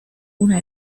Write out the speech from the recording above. una